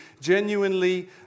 genuinely